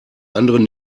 anderen